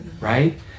Right